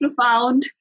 profound